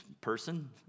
person